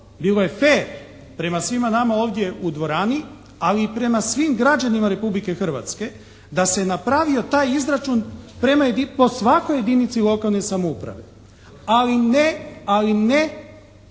bilo je fer prema svima nama ovdje u dvorani, ali i prema svim građanima Republike Hrvatske da se napravio taj izračun po svakoj jedinici lokalne samouprave, ali ne na 2005.